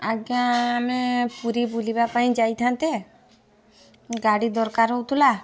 ଆଜ୍ଞା ଆମେ ପୁରୀ ବୁଲିବା ପାଇଁ ଯାଇଥାନ୍ତେ ଗାଡ଼ି ଦରକାର ହଉଥିଲା